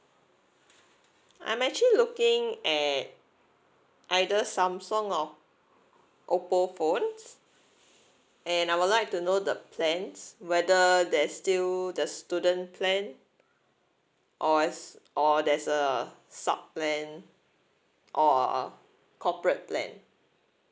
I'm actually looking at either Samsung or OPPO phones and I would like to know the plans whether there is still the student plan or is or there's a sub plan or a uh corporate plan